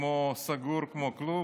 סגור כמו כלוב,